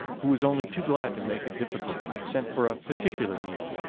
who was only too glad to make a difficulty, sent for a particular needle,